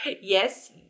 Yes